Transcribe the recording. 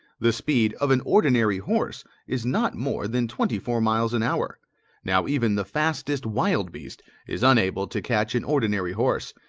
the speed of an ordinary horse is not more than twenty four miles an hour now even the fastest wild beast is unable to catch an ordinary horse,